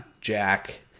Jack